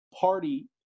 party